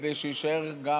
כדי שיישאר גם